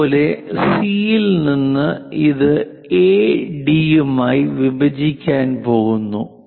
അതുപോലെ സി യിൽ നിന്ന് ഇത് എഡി യുമായി വിഭജിക്കാൻ പോകുന്നു